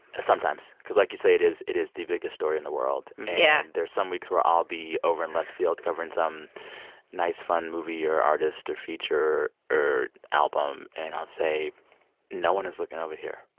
sometimes cause, like you say, it is it is the biggest story in the world yeah and there are some weeks where i'll be over in left field covering some nice, fun movie or artist or feature or album, and i'll say no one is looking over here.